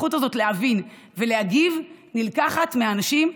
הזכות הזאת להגיב ולהבין נלקחת ממני ומאנשים,